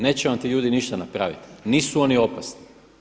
Neće vam ti ljudi ništa napraviti, nisu oni opasni.